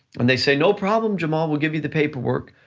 and they say, no problem, jamal, we'll give you the paperwork.